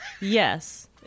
yes